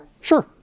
Sure